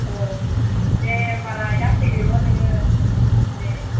औ दे होनबालाय दा फैदोल' नोङो दे